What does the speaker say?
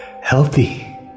healthy